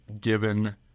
given